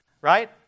right